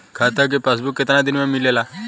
खाता के पासबुक कितना दिन में मिलेला?